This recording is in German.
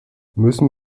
müssen